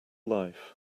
life